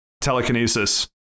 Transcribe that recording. telekinesis